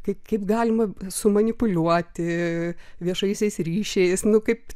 kai kaip galima sumanipuliuoti viešaisiais ryšiais nu kaip